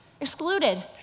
excluded